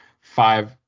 five